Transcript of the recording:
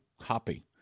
copy